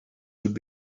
would